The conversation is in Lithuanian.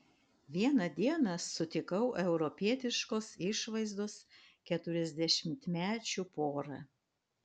vieną dieną sutikau europietiškos išvaizdos keturiasdešimtmečių porą